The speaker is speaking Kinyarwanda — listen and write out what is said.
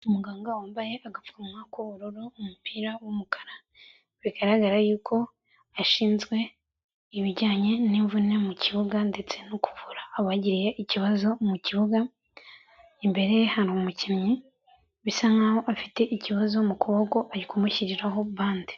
Umuganga wambaye agapfuwa k'ubururu, umupira wumukara. Bigaragara yuko ashinzwe ibijyanye n'imvune mu kibuga ndetse no kuvura abagiriye ikibazo mu kibuga, imbere ye hari umukinnyi bisa nk'aho afite ikibazo mu kuboko ari kumushyiriraho bande.